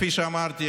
כפי שאמרתי,